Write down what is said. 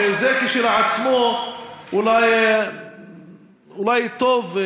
שזה כשלעצמו אולי טוב.